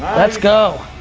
let's go.